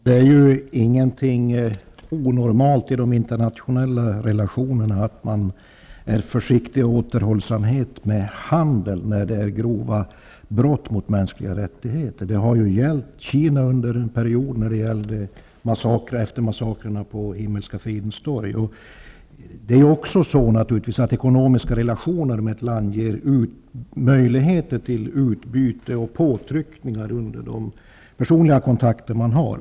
Herr talman! Det är inte någonting onormalt i de internationella relatio nerna att man är försiktig och återhållsam med handeln när det begås grova brott mot mänskliga rättigheter. Det har under en period gällt Kina efter massakern på Himmelska fridens torg. Naturligtvis ger ekonomiska relationer med ett land möjligheter till utbyte och påtryckningar under de personliga kontakter man har.